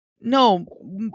no